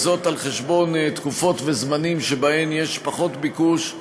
על חשבון תקופות וזמנים שבהם יש פחות ביקוש,